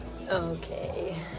Okay